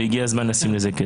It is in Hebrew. והגיע הזמן לשים לזה קץ.